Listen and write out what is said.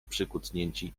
przykucnięci